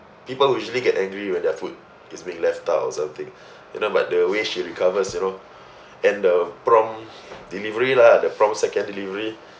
people usually get angry when their food is being left out or something you know but the way she recovers you know and the prompt delivery lah the prompt second delivery